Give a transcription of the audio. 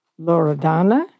Loredana